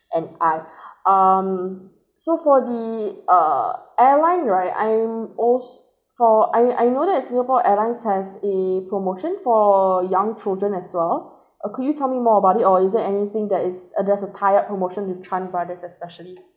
and I um so for the err airline right I'm als~ for I I noticed that singapore airlines has a promotion for young children as well uh could you tell me more about it or is it anything that is uh there's a tie-up promotion with Chan brothers especially